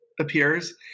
appears